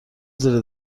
زیر